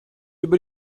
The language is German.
über